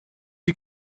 die